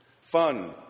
fun